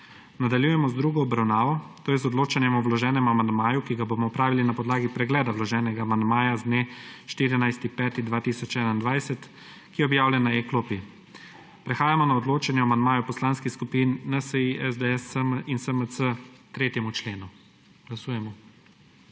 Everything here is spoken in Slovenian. Nadaljujemo z drugo obravnavo, to je z odločanjem o vloženem amandmaju, ki ga bomo opravili na podlagi pregleda vloženega amandmaja z dne 14. 5. 2021, ki je objavljen na e-klopi. Prehajamo na odločanje o amandmaju poslanskih skupin NSi, SDS in SMC k 3. členu. Glasujemo.